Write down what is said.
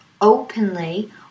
openly